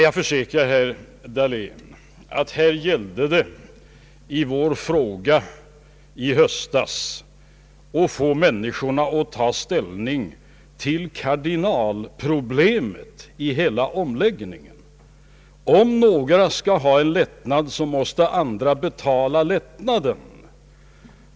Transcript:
Jag försäkrar herr Dahlén att i vår fråga i höstas gällde det att få människorna att ta ställning till kardinalproblemet i hela omläggningen: om några skall ha en lättnad, så måste andra betala lättnaden.